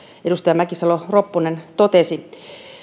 edustaja mäkisalo ropponen totesi